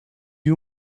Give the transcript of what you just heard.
you